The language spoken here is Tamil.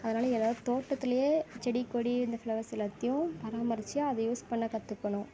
அதனால எல்லோரும் தோட்டத்திலேயே செடி கொடி இந்த ஃப்ளவர்ஸ் எல்லாத்தையும் பராமரித்து அதை யூஸ் பண்ண கற்றுக்கணும்